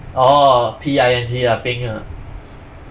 orh P I N G ah ping ah